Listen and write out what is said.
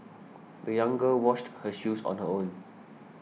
the young girl washed her shoes on her own